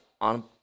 on